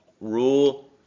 Rule